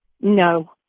No